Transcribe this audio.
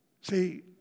See